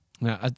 Now